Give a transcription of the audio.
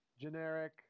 Generic